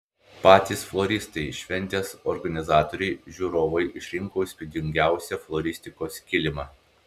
patys floristai šventės organizatoriai žiūrovai išrinko įspūdingiausią floristikos kilimą